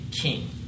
king